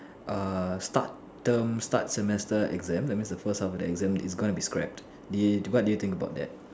err start term start semester exam that means the first half of the exam is gonna be scrapped they what do you think about